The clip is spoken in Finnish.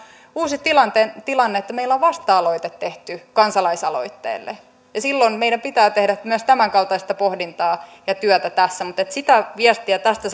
uusi tilanne että meillä on vasta aloite tehty kansalaisaloitteelle ja silloin meidän pitää tehdä myös tämänkaltaista pohdintaa ja työtä tässä mutta sitä viestiä tästä